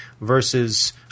versus